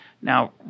Now